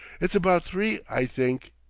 it's about three, i think.